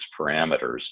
parameters